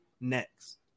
Next